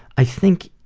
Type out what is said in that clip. i think